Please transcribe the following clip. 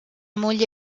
moglie